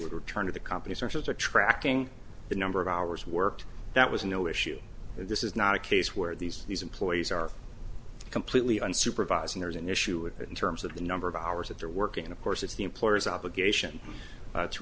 would return to the companies are tracking the number of hours worked that was no issue and this is not a case where these these employees are completely unsupervised there's an issue of it in terms of the number of hours that they're working and of course it's the employers obligation to